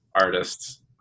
artists